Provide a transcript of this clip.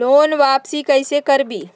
Loan वापसी कैसे करबी?